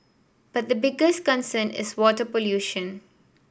but the biggest concern is water pollution